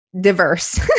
diverse